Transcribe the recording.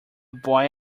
boy